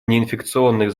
неинфекционных